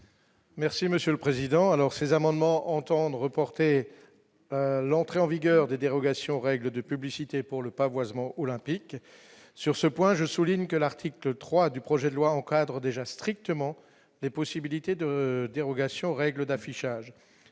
Merci Monsieur le Président, alors ces amendements entendent reporter l'entrée en vigueur des dérogations aux règles de publicité pour le pavoisement olympique sur ce point, je souligne que l'article 3 du projet de loi encadre déjà strictement les possibilités de dérogation aux règles d'affichage